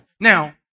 Now